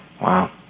wow